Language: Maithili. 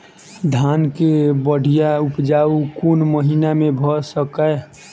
धान केँ बढ़िया उपजाउ कोण महीना मे भऽ सकैय?